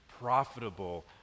profitable